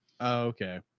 okay